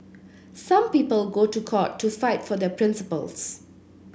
some people go to court to fight for their principles